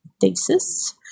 thesis